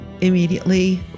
immediately